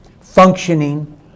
functioning